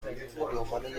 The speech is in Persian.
پنهونه، دنبال